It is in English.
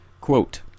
Quote